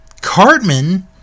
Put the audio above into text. Cartman